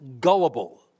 gullible